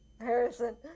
Harrison